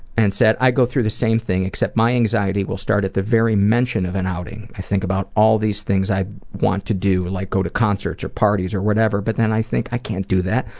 and said, i go through the same thing, except my anxiety will start at the very mention of an outing. i think about all these things i want to do like go to concerts or parties or whatever, but then i think, i can't do that.